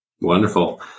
Wonderful